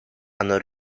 hanno